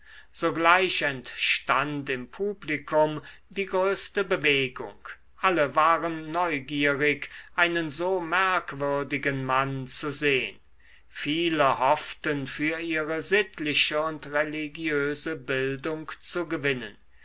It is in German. sogleich entstand im publikum die größte bewegung alle waren neugierig einen so merkwürdigen mann zu sehn viele hofften für ihre sittliche und religiöse bildung zu gewinnen